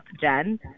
Jen